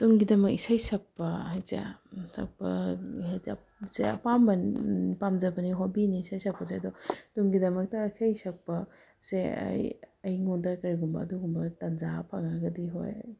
ꯇꯨꯡꯒꯤꯗꯃꯛ ꯏꯁꯩ ꯁꯛꯄ ꯍꯥꯏꯁꯦ ꯁꯛꯄ ꯑꯄꯥꯝꯕ ꯄꯥꯝꯖꯕꯅꯤ ꯍꯣꯕꯤꯅꯤ ꯏꯁꯩ ꯁꯛꯄꯁꯦ ꯑꯗꯣ ꯇꯨꯡꯒꯤꯗꯃꯛꯇ ꯏꯁꯩ ꯁꯛꯄꯁꯦ ꯑꯩ ꯑꯩꯉꯣꯟꯗ ꯀꯔꯤꯒꯨꯝꯕ ꯑꯗꯨꯒꯨꯝꯕ ꯇꯥꯟꯖꯥ ꯐꯪꯂꯒꯗꯤ ꯍꯣꯏ